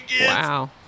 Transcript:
Wow